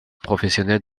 professionnels